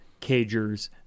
cagers